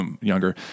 Younger